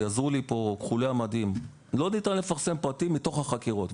ויעזרו לי פה כחולי המדים לא ניתן לפרסם פרטים מתוך החקירות,